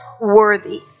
worthy